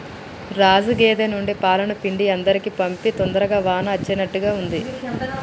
రాజు గేదె నుండి పాలను పిండి అందరికీ పంపు తొందరగా వాన అచ్చేట్టుగా ఉంది